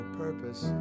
purpose